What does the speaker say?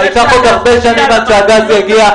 ייקח עוד הרבה שנים עד שהגז יגיע.